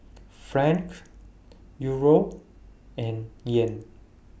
Franc Euro and Yen